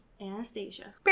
Anastasia